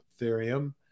Ethereum